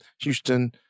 Houston